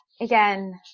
Again